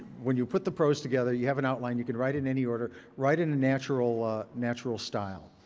when you put the prose together, you have an outline. you can write it in any order. write it in a natural ah natural style.